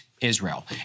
Israel